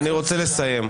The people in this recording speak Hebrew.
אני רוצה לסיים.